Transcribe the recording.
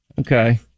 Okay